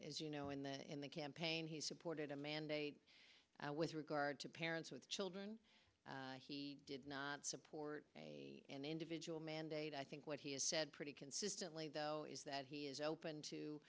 as you know in that in the campaign he supported a mandate with regard to parents with children he did not support a individual mandate i think what he has said pretty consistently though is that he is open to